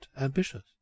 ambitious